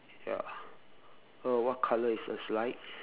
ya uh what colour is the slide